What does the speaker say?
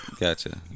Gotcha